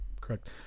correct